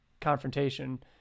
confrontation